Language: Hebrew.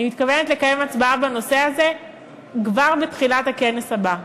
אני מתכוונת לקיים הצבעה בנושא הזה כבר בתחילת הכנס הבא.